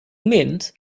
mint